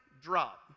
drop